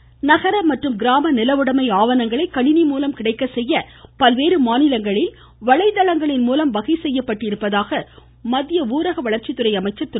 பாலு நகர மற்றும் கிராம நிலவுடைமை ஆவணங்களை கணிணி மூலம் கிடைக்கச் செய்ய பல்வேறு மாநிலங்களில் வலைதளங்களின் மூலம் வகைசெய்யப் பட்டுள்ளதாக மத்திய ஊரக வளர்ச்சித்துறை அமைச்சர் திரு